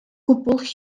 gwbl